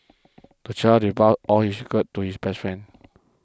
the child divulged all his secrets to his best friend